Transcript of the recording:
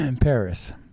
Paris